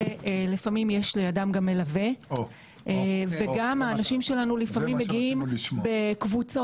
לפעמים לאדם יש גם מלווה וגם לפעמים האנשים שלנו מגיעים בקבוצות.